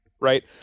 right